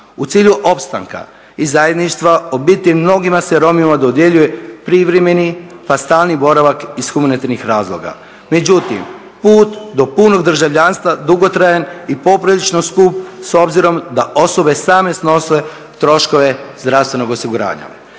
U cilju opstanka i zajedništva u biti mnogima se Romima dodjeljuje privremeni pa stalni boravak iz humanitarnih razloga. Međutim, put do punog državljanstva dugotrajan je i poprilično skup s obzirom da osobe same snose troškove zdravstvenog osiguranja.